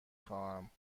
خواهم